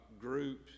groups